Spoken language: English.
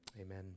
Amen